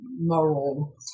moral